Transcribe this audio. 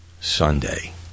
sunday